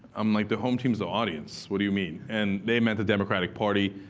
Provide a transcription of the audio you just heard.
i'm like, the home team's the audience, what do you mean? and they meant the democratic party.